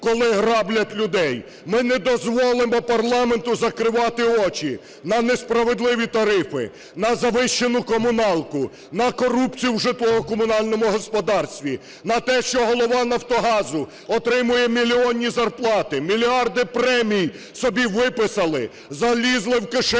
коли граблять людей. Ми не дозволимо парламенту закривати очі на несправедливі тарифи, на завищену комуналку, на корупцію в житлово-комунальному господарстві, на те, що голова "Нафтогазу" отримує мільйонні зарплати, мільярди премій собі виписали, залізли в кишені